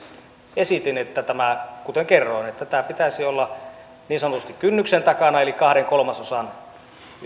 esitin kuten kerroin että tämän pitäisi olla niin sanotusti kynnyksen takana eli kahden kolmasosan